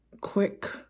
quick